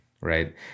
right